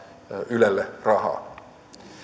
ylelle